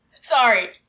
Sorry